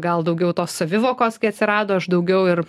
gal daugiau tos savivokos kai atsirado aš daugiau ir